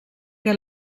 què